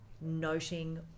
noting